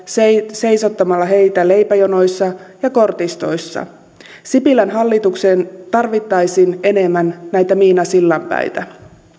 seisottamalla heitä leipäjonoissa ja kortistoissa sipilän hallitukseen tarvittaisiin enemmän näitä miinasillanpäitä